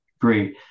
great